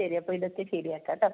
ശരി അപ്പോൾ ഇതൊക്കെ ശരിയാക്കാം കേട്ടോ